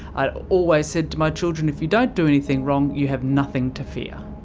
i'd always said to my children, if you don't do anything wrong, you have nothing to fear.